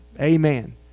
Amen